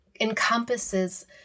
encompasses